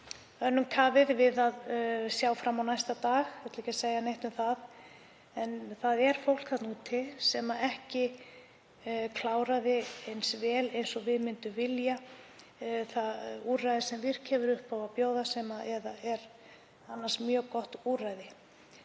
í fangi með að sjá fram á næsta dag, ég ætla ekki að segja neitt um það. En það er fólk þarna úti sem ekki kláraði eins vel og við myndum vilja það úrræði sem VIRK hefur upp á að bjóða, sem er annars mjög gott úrræði.